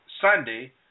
Sunday